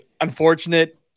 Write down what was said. unfortunate